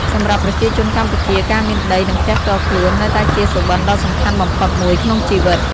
សម្រាប់ប្រជាជនកម្ពុជា ការមានដី និងផ្ទះផ្ទាល់ខ្លួន នៅតែជាសុបិនដ៏សំខាន់បំផុតមួយក្នុងជីវិត។